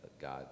God